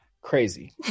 crazy